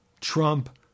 Trump